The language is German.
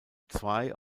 zwei